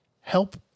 help